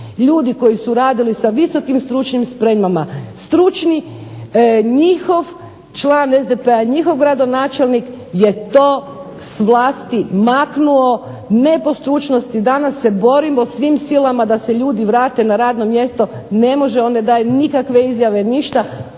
ljudi koji su radili sa visokim stručnim spremama, stručni njihov član SDP-a, njihov gradonačelnik je to s vlasti maknuo ne po stručnosti. Danas se borimo svim silama da se ljudi vrate na radno mjesto. Ne može, on ne daje nikakve izjave, ništa,